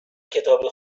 کتاب